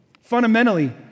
Fundamentally